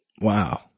Wow